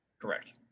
Correct